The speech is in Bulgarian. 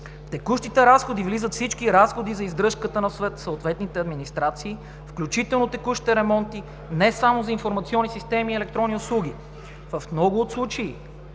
текущите разходи влизат всички разходи за издръжката на съответните администрации, включително текущите ремонти не само за информационни системи и електронни услуги. В много от случаите